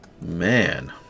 Man